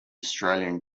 australian